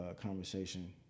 conversation